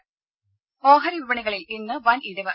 രുമ ഓഹരി വിപണികളിൽ ഇന്ന് വൻ ഇടിവ്